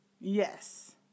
yes